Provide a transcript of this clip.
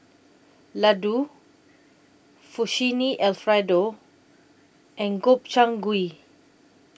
Ladoo Alfredo and Gobchang Gui